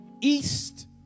east